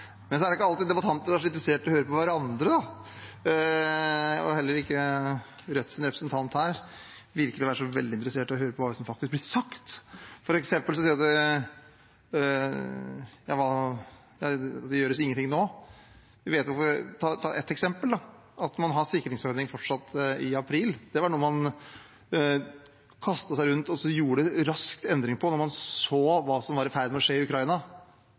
ikke alltid debattanter er så interessert i å høre på hverandre. Heller ikke Rødts representant her virker å være så veldig interessert i å høre på hva som faktisk blir sagt. Det sies f.eks. at det ikke gjøres noen ting nå, men ett eksempel er at man fortsatt har en sikringsordning i april. Det var noe man kastet seg rundt og endret raskt da man så hva som var i ferd med å skje i Ukraina